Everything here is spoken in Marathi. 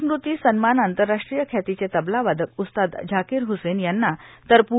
स्मृती सन्मान आंतरराष्ट्रीय ख्यातीचे तबलावादक उस्ताद झाकीर ह्सेन यांना तर प्